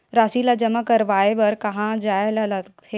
राशि ला जमा करवाय बर कहां जाए ला लगथे